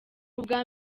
ubwa